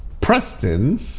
Preston